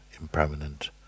impermanent